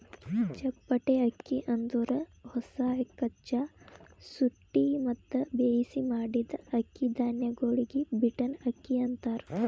ಚಪ್ಪಟೆ ಅಕ್ಕಿ ಅಂದುರ್ ಹೊಸ, ಕಚ್ಚಾ, ಸುಟ್ಟಿ ಮತ್ತ ಬೇಯಿಸಿ ಮಾಡಿದ್ದ ಅಕ್ಕಿ ಧಾನ್ಯಗೊಳಿಗ್ ಬೀಟನ್ ಅಕ್ಕಿ ಅಂತಾರ್